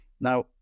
Now